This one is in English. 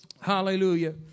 Hallelujah